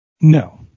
No